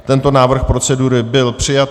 Tento návrh procedury byl přijat.